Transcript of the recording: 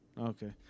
okay